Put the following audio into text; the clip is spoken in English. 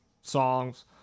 songs